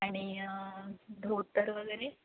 आणि धोतर वगैरे